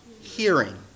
hearing